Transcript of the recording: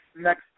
next